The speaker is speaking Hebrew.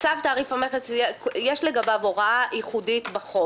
צו תעריף המכס, יש לגביו הוראה ייחודית בחוק.